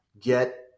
get